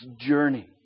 journey